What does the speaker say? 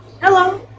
Hello